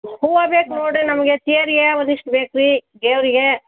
ಹೂವು ಬೇಕು ನೋಡಿರಿ ನಮಗೆ ತೇರಿಗೆ ಒಂದಿಷ್ಟು ಬೇಕು ರೀ ದೇವರಿಗೆ